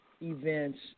events